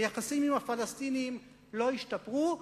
היחסים עם הפלסטינים לא ישתפרו.